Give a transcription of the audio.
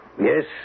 Yes